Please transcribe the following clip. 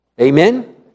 Amen